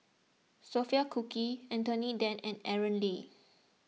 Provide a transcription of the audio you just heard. Sophia Cooke Anthony then and Aaron Lee